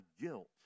guilt